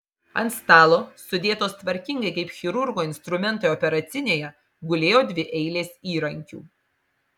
ant stalo sudėtos tvarkingai kaip chirurgo instrumentai operacinėje gulėjo dvi eilės įrankių